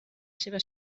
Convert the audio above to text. seva